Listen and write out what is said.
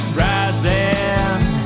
rising